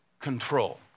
control